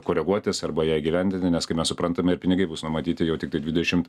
koreguotis arba ją įgyvendinti nes kaip mes suprantame ir pinigai bus numatyti jau tiktai dvidešimt